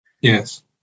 yes